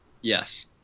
Yes